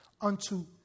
unto